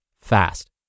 fast